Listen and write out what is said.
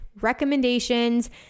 recommendations